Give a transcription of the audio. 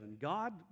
God